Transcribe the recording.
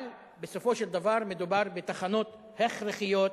אבל בסופו של דבר מדובר בתחנות הכרחיות,